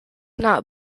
not